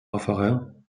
raffarin